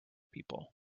people